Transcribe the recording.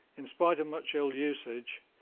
in spite of much ill usage,